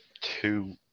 two